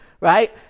right